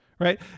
right